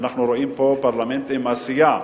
אנחנו רואים פה פרלמנט עם עשייה.